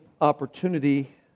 opportunity